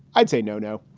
i'd say no, no.